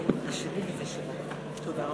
ההצהרה)